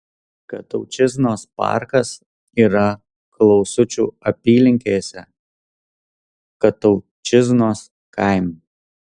kataučiznos parkas yra klausučių apylinkėse kataučiznos kaime